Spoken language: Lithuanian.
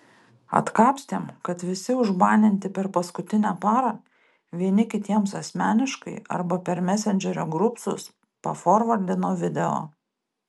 atkapstėm kad visi užbaninti per paskutinę parą vieni kitiems asmeniškai arba per mesendžerio grupsus paforvardino video